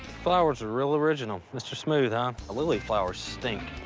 flowers are real original, mr. smooth huh! a lily flower stink!